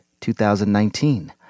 2019